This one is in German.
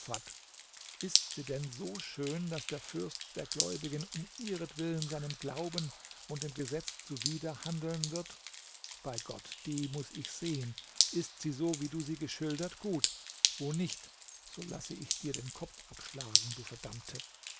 ist sie denn so schön daß der fürst der gläubigen um ihretwillen seinem glauben und dem gesetz zuwiderhandeln wird bei gott die muß ich sehen ist sie so wie du sie geschildert gut wo nicht so laß ich dir den kopf abschlagen du verdammte